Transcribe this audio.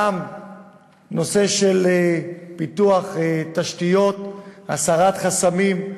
גם נושא של פיתוח תשתיות, הסרת חסמים,